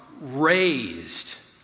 raised